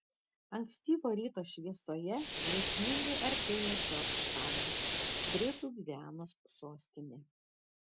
ankstyvo ryto šviesoje grėsmingai artėjo džordžtaunas britų gvianos sostinė